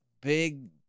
big